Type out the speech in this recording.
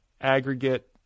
aggregate